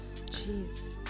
Jeez